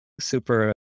super